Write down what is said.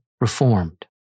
reformed